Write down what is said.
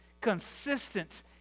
consistent